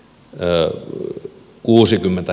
ne kuusikymmentä